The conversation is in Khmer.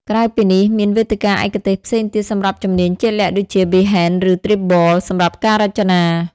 ក្រៅពីនេះ មានវេទិកាឯកទេសផ្សេងទៀតសម្រាប់ជំនាញជាក់លាក់ដូចជា Behance ឬ Dribbble សម្រាប់ការរចនា។